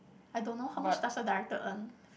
I don't know how much does a director earn